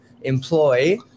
employ